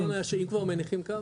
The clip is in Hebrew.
הרעיון היה שאם כבר מניחים קו,